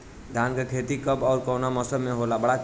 धान क खेती कब ओर कवना मौसम में होला?